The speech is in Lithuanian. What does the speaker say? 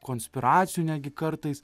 konspiracijų netgi kartais